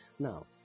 Now